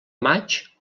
maig